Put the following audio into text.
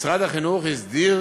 משרד החינוך הסדיר